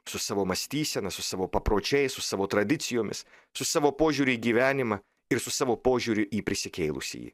su savo mąstysena su savo papročiais su savo tradicijomis su savo požiūriu į gyvenimą ir su savo požiūriu į prisikėlusįjį